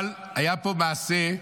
אבל היה פה מעשה,